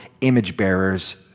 image-bearers